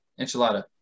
enchilada